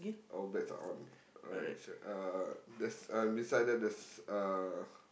all bets are on alright s~ uh there's a beside them there's uh